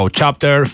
chapter